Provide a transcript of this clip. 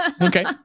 Okay